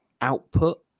output